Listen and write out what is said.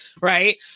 Right